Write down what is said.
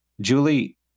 Julie